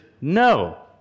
no